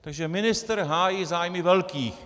Takže ministr hájí zájmy velkých.